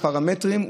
מהפרמטרים,